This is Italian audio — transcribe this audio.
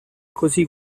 così